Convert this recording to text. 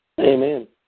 amen